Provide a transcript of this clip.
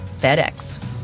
FedEx